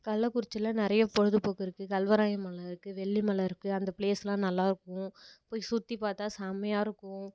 கள்ளக்குறிச்சில நிறைய பொழுதுப்போக்கு இருக்குது கல்வராயன் மலை இருக்குது வெள்ளி மலை இருக்குது அந்த பிளேஸ்லாம் நல்லாயிருக்கும் போய் சுற்றி பார்த்தா செமையாக இருக்கும்